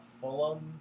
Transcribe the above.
Fulham